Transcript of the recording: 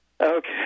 Okay